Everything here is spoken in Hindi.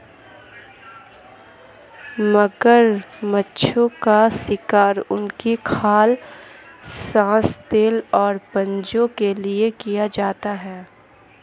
मगरमच्छों का शिकार उनकी खाल, मांस, तेल और पंजों के लिए किया जाता है